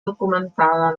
documentada